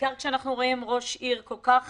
בעיקר כשאנחנו רואים ראש עיר כל כך